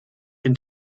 can